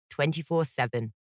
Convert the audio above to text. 24-7